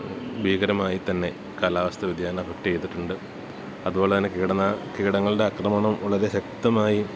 ഭീകരമായിത്തന്നെ കാലാവസ്ഥാ വ്യതിയാനം എഫെക്റ്റേയ്തിട്ടുണ്ട് അതുപോലെ തന്നെ കീടങ്ങളുടെ ആക്രമണം വളരെ ശക്തമായി